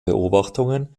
beobachtungen